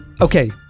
Okay